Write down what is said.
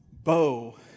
Bo